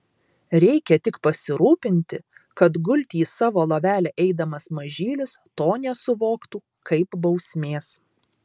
reikia tik pasirūpinti kad gulti į savo lovelę eidamas mažylis to nesuvoktų kaip bausmės